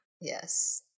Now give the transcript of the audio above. Yes